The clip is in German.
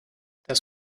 das